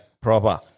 Proper